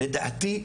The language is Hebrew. לדעתי,